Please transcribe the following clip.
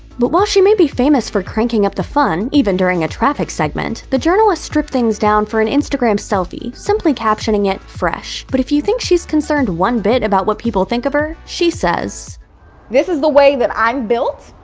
but while she may be famous for cranking up the fun, even during a traffic segment, the journalist stripped things down for an instagram selfie, simply captioning it fresh. but if you think she's concerned one bit about what people think of her, she says this is the way that i'm built,